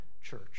church